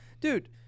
Dude